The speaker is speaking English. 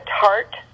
tart